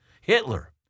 Hitler